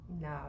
No